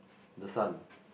the sun